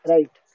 Right